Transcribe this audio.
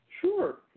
Sure